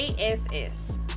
ASS